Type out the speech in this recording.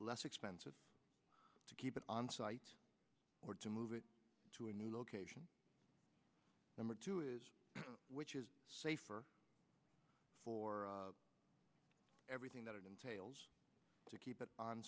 less expensive to keep it on site or to move it to a new location number two is which is safer for everything that it entails to keep it on